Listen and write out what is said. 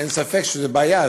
אין ספק שזאת בעיה.